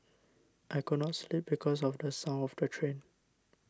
I could not sleep because of the sound of the train